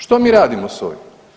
Što mi radimo s ovim?